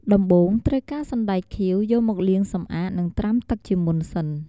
ដំបូង ត្រូវការសណ្ដែកខៀវ យកមកលាងសម្អាត និងត្រាំទឹកជាមុនសិន។